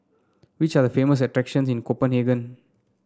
which are the famous attractions in Copenhagen